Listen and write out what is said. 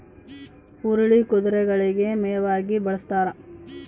ಹುರುಳಿ ಕುದುರೆಗಳಿಗೆ ಮೇವಾಗಿ ಬಳಸ್ತಾರ